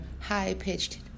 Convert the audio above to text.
high-pitched